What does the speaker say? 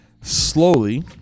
slowly